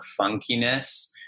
funkiness